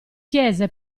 chiese